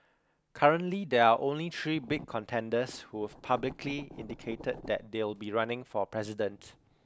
currently there are only three big contenders who've publicly indicated that they'll be running for president